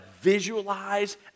visualize